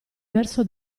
verso